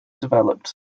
developed